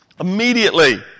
Immediately